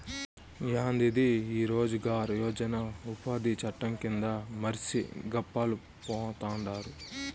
యాందిది ఈ రోజ్ గార్ యోజన ఉపాది చట్టం కింద మర్సి గప్పాలు పోతండారు